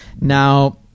Now